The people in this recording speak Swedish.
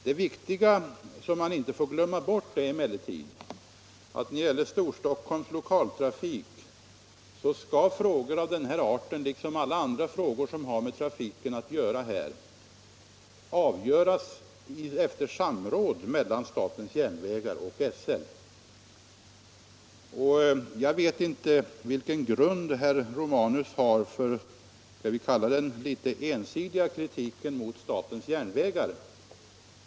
Det viktiga när det gäller Storstockholms Lokaltrafik är att frågor av den här arten liksom alla andra frågor som har med trafiken att göra skall behandlas i samråd mellan statens järnvägar och SL. Jag vet inte vilken grund herr Romanus har för sin något ensidiga kritik av statens järnvägar.